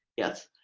yes.